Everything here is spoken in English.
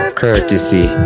courtesy